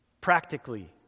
Practically